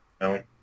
No